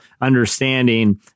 understanding